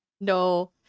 no